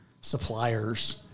suppliers